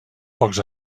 pocs